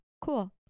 cool